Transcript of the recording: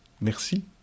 Merci